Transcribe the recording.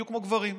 בדיוק כמו גברים.